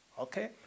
Okay